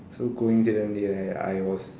so coincidentally I I was